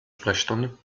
sprechstunde